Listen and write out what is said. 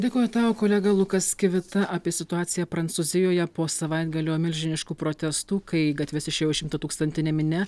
dėkoju tau kolega lukas kivita apie situaciją prancūzijoje po savaitgalio milžiniškų protestų kai į gatves išėjo šimtatūkstantinė minia